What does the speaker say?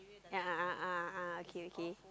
ya ah ah ah ah ah okay okay